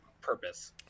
purpose